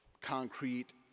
concrete